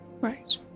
Right